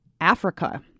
Africa